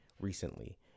recently